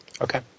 Okay